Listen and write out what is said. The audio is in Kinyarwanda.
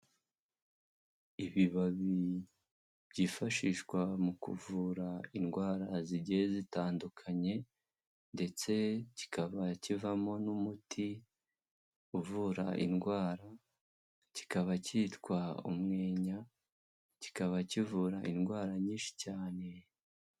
Ibibabi byifashishwa mu kuvura indwara zigiye zitandukanye ndetse kikaba kivamo n'umuti uvura indwara, kikaba cyitwa umwenya, kikaba kivura indwara nyinshi cyane.